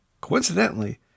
coincidentally